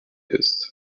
ist